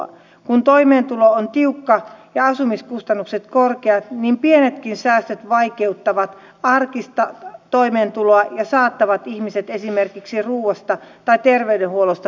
kun toimeentulo on tiukka ja asumiskustannukset korkeat niin pienetkin säästöt vaikeuttavat arkista toimeentuloa ja saattavat ihmiset esimerkiksi ruoasta tai terveydenhuollosta tinkimiseen